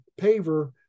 paver